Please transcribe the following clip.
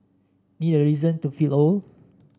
need a reason to feel old